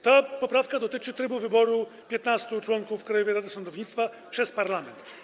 Ta poprawka dotyczy trybu wyboru 15 członków Krajowej Rady Sądownictwa przez parlament.